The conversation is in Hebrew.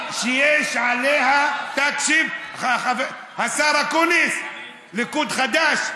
ספינה שעליה, תקשיב, השר אקוניס, ליכוד חדש,